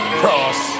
cross